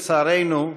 לצערנו,